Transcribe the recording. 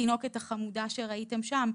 התינוקת החמודה שראיתם שם,